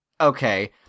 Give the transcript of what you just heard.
okay